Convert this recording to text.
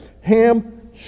ham